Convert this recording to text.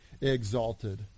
exalted